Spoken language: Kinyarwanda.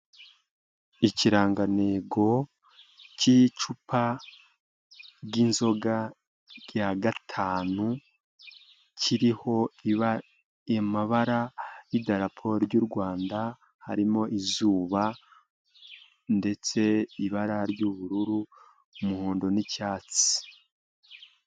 Ikirangantego cy'icupa ry'inzoga rya gatanu, kiriho amabara y'idalapo ry'u Rwanda, harimo izuba ndetse ibara ry'ubururu, umuhondo n'icyatsi.